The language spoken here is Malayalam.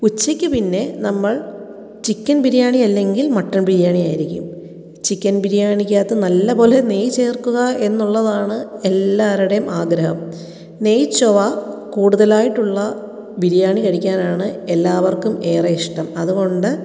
ഉച്ചയ്ക്ക് പിന്നെ നമ്മള് ചിക്കന് ബിരിയാണി അല്ലെങ്കില് മട്ടണ് ബിരിയാണി ആയിരിക്കും ചിക്കന് ബിരിയാണിക്കകത്ത് നല്ലതു പോലെ നെയ്യ് ചേര്ക്കുക എന്നുളളതാണ് എല്ലാവരുടെയും ആഗ്രഹം നെയ്യ് ചൊവ കുടൂതലായിട്ടുള്ള ബിരിയാണി കഴിക്കാനാണ് എല്ലാവര്ക്കും എറെ ഇഷ്ടം അതുകൊണ്ട്